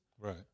Right